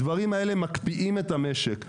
הדברים האלה מקפיאים את המשק,